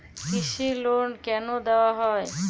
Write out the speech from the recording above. কৃষি লোন কেন দেওয়া হয়?